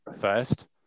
first